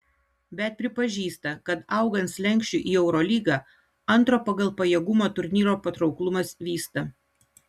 bet pripažįsta kad augant slenksčiui į eurolygą antro pagal pajėgumą turnyro patrauklumas vysta